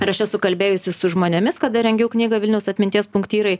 ir aš esu kalbėjusi su žmonėmis kada rengiau knygą vilniaus atminties punktyrai